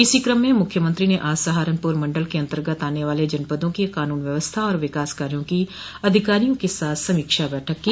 इसी क्रम में मुख्यमंत्री ने आज सहारनपुर मण्डल के अन्तर्गत आने वाले जनपदों की कानून व्यवस्था और विकास कार्यो की अधिकारियों के साथ समीक्षा बैठक की